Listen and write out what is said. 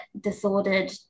disordered